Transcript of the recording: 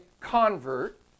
convert